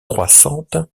croissante